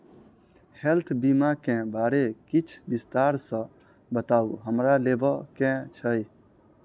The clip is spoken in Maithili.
हेल्थ बीमा केँ बारे किछ विस्तार सऽ बताउ हमरा लेबऽ केँ छयः?